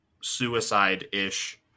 suicide-ish